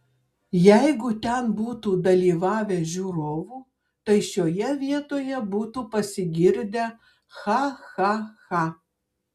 jeigu ten būtų dalyvavę žiūrovų tai šioje vietoje būtų pasigirdę cha cha cha